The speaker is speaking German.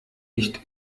nicht